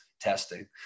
testing